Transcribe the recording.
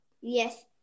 Yes